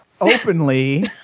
openly